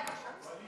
סעיף